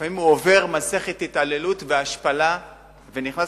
לפעמים הוא עובר מסכת של התעללות והשפלה ונכנס